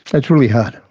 it's really hard.